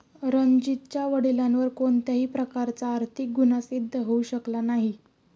रणजीतच्या वडिलांवर कोणत्याही प्रकारचा आर्थिक गुन्हा सिद्ध होऊ शकला नाही